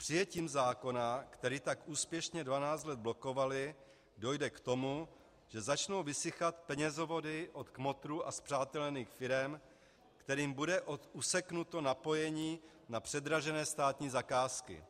Přijetím zákona, který tak úspěšně 12 let blokovaly, dojde k tomu, že začnou vysychat penězovody od kmotrů a spřátelených firem, kterým bude useknuto napojení na předražené státní zakázky.